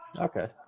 Okay